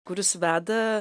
kuris veda